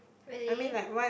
really